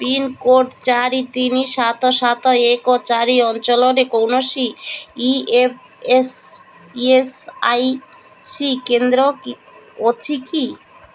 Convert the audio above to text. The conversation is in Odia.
ପିନ୍କୋଡ଼୍ ଚାରି ତିନି ସାତ ସାତ ଏକ ଚାରି ଅଞ୍ଚଳରେ କୌଣସି ଇ ଏସ୍ ଆଇ ସି କେନ୍ଦ୍ର ଅଛି କି